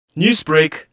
Newsbreak